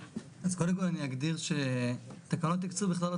קודם כל אני אגדיר שתקנות תקצוב בכלל לא